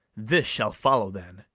this shall follow then.